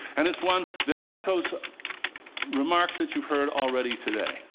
and it's one that echoes remarks that you've heard already today.